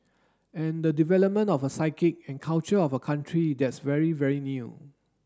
and the development of a psyche and culture of a country that's very very new